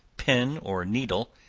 pin or needle,